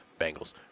Bengals